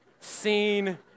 seen